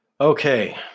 Okay